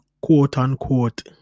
quote-unquote